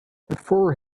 before